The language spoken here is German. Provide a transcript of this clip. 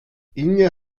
inge